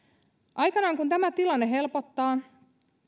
aikanaan kun tämä tilanne helpottaa